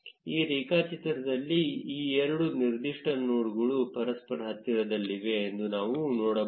ಈ ರೇಖಾಚಿತ್ರದಲ್ಲಿ ಈ ಎರಡು ನಿರ್ದಿಷ್ಟ ನೋಡ್ಗಳು ಪರಸ್ಪರ ಹತ್ತಿರದಲ್ಲಿವೆ ಎಂದು ನಾವು ನೋಡಬಹುದು